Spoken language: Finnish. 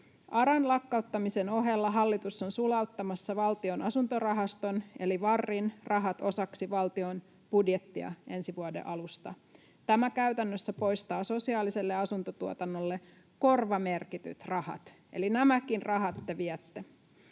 ARAn lakkauttamisen ohella hallitus on sulauttamassa Valtion asuntorahaston eli VARin rahat osaksi valtion budjettia ensi vuoden alusta. Tämä käytännössä poistaa sosiaaliselle asuntotuotannolle korvamerkityt rahat, eli nämäkin rahat te viette.